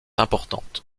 importantes